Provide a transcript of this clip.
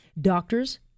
Doctors